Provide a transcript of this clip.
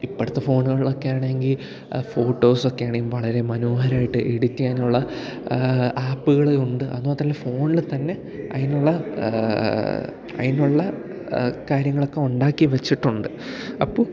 ഇപ്പോഴത്തെ ഫോണുകളിലൊക്കൊ ആണെങ്കിൽ ഫോട്ടോസ് ഒക്കെ ആണെങ്കിൽ വളരെ മനോഹരമായിട്ട് എഡിറ്റ് ചെയ്യാനുള്ള ആപ്പുകൾ ഉണ്ട് അതുമാത്രമല്ല ഫോണിൽ തന്നെ അതിനുള്ള അതിനുള്ള കാര്യങ്ങളൊക്കെ ഉണ്ടാക്കി വെച്ചിട്ടുണ്ട് അപ്പം